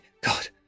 God